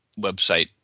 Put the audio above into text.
website